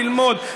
ללמוד.